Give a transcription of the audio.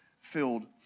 filled